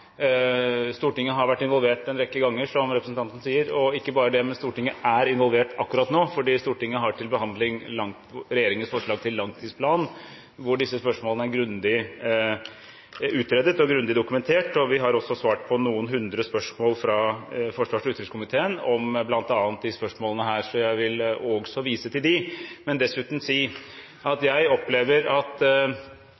Stortinget har vært involvert en rekke ganger, som representanten sier, og ikke bare det, men Stortinget er involvert akkurat nå, fordi Stortinget har til behandling regjeringens forslag til langtidsplan, hvor disse spørsmålene er grundig utredet og grundig dokumentert. Vi har også svart på noen hundre spørsmål fra utenriks- og forsvarskomiteen om bl.a. disse temaene, så jeg vil også vise til dem. Jeg vil dessuten si at